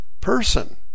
person